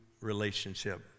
relationship